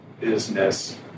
business